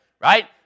right